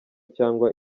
cyangwa